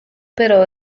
però